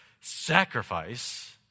sacrifice